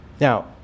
now